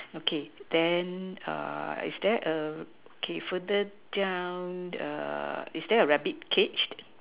okay then is there a further down is there a rabbit cage